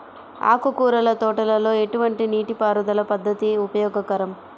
ఆకుకూరల తోటలలో ఎటువంటి నీటిపారుదల పద్దతి ఉపయోగకరం?